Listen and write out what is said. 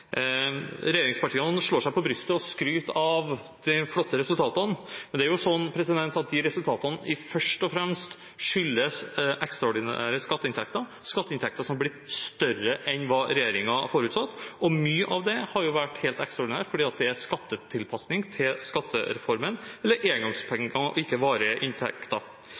Regjeringspartiene slår seg på brystet og skryter av de flotte resultatene, men resultatene skyldes jo først og fremst ekstraordinære skatteinntekter som er blitt større enn regjeringen forutså. Mye av dette har vært helt ekstraordinært fordi det er skattetilpasning til skattereformen eller engangspenger og ikke varige inntekter.